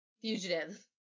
fugitive